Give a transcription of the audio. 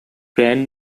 brand